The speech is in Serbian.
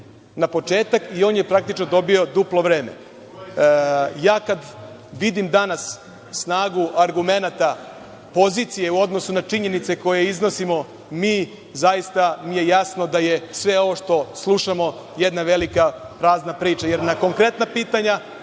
na početak i onda je faktički dobio duplo vreme. Ja kada vidim danas snagu argumenata pozicije u odnosu na činjenice koje iznosimo mi, zaista mi je jasno da je sve ovo što slušamo jedna velika prazna priča,